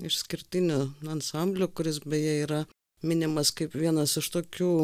išskirtiniu ansambliu kuris beje yra minimas kaip vienas iš tokių